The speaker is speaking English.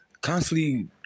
constantly